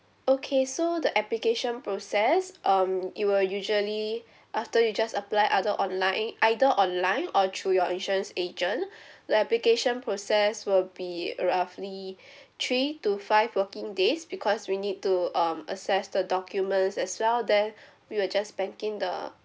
okay so the application process um it will usually after you just applied other online either online or through your insurance agent the application process will be uh roughly three to five working days because we need to um assess the documents as well then we will just bank in the